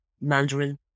mandarin